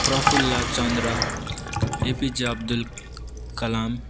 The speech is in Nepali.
Prafulla Chandra A P J Abdul Kalam